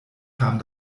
kam